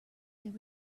there